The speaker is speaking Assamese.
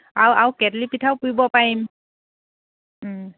আৰু আৰু কেটলি পিঠাও পুৰিব পাৰিম